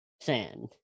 Sand